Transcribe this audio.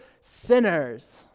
sinners